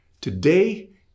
Today